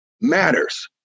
matters